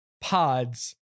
pods